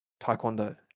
taekwondo